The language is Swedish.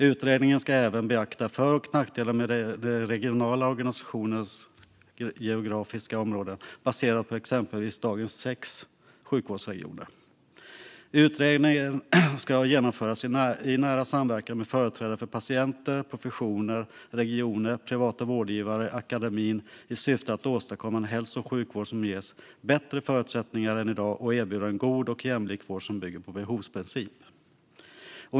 Utredningen ska även beakta för och nackdelar med de regionala organisationernas geografiska område, baserat på exempelvis dagens sex sjukvårdsregioner. Utredningen ska genomföras i nära samverkan med företrädare för patienter, professioner, regioner, privata vårdgivare och akademin i syfte att åstadkomma en hälso och sjukvård som ges bättre förutsättningar än i dag och erbjuda en god och jämlik vård som bygger på behovsprincipen.